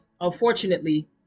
unfortunately